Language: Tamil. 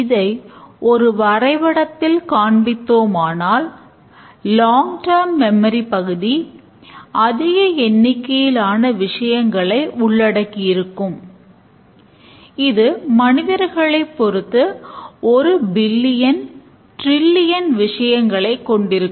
இதை ஒரு வரைபடத்தில் காண்பித்தோம் ஆனால் ல்லாங் ட்டாம் மெம்மரி விஷயங்களை கொண்டிருக்கும்